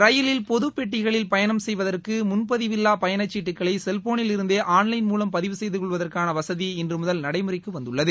ரயிலில் பொதுப்பெட்டிகளில் பயணம் செய்வதற்கு முன்பதிவில்லா பயணச் சீட்டுகளை செல்போனில் இருந்தே ஆன்லைன் மூவம் பதிவு செய்துகொள்வதற்கான வசதி இன்று மூதல் நடைமுறைக்கு வந்துள்ளது